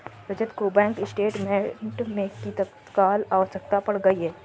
रजत को bank statement की तत्काल आवश्यकता पड़ गई है